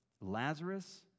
Lazarus